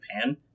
Japan